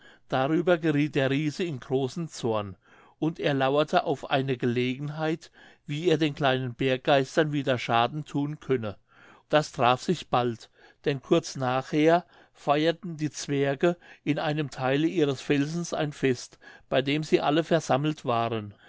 darüber gerieth der riese in großen zorn und er lauerte auf eine gelegenheit wie er den kleinen berggeistern wieder schaden thun könne das traf sich bald denn kurz nachher feierten die zwerge in einem theile ihres felsens ein fest bei dem sie alle versammelt waren